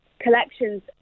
collections